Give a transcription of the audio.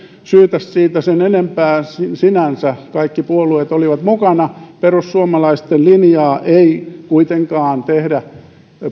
syytä siitä sen enempää sinänsä kaikki puolueet olivat mukana perussuomalaisten linjaa ei kuitenkaan tehdä